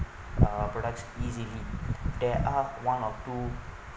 uh products easily there are one or two